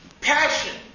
passion